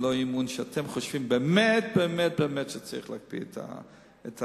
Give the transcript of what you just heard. ולא אי-אמון שאתם חושבים באמת באמת באמת שצריך להקפיא את הבנייה.